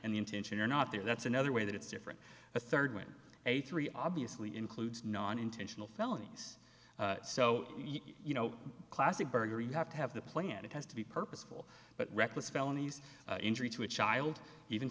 and the intention are not there that's another way that it's different a third with a three obviously includes non intentional felonies so you know classic burger you have to have the plan it has to be purposeful but reckless felonies injury to a child even